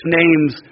names